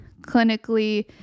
clinically